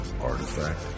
artifact